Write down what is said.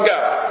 God